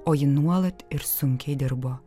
o ji nuolat ir sunkiai dirbo